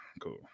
Cool